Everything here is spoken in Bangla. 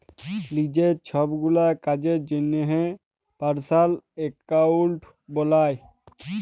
লিজের ছবগুলা কাজের জ্যনহে পার্সলাল একাউল্ট বালায়